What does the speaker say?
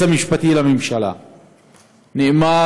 היועץ המשפטי לממשלה נאמר,